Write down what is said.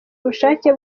ubushake